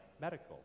medical